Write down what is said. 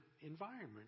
environment